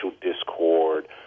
discord